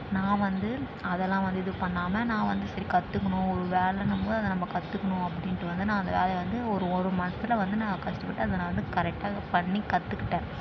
நான் வந்து அதலாம் வந்து இது பண்ணாமல் நான் வந்து சரி கற்றுக்கணும் ஒரு வேலை நம்ம அதை நம்ம கற்றுக்கணும் அப்படின்ட்டு வந்து நான் அந்த வேலையை வந்து ஒரு ஒரு மாதத்தில் வந்து நான் கஷ்டப்பட்டு அதை நான் வந்து கரெக்டாக பண்ணிக் கற்றுக்கிட்டேன்